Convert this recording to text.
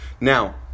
Now